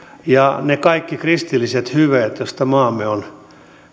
ja ne kaikki kristilliset hyveet joista maamme on